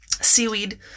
seaweed